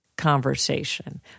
conversation